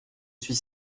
suis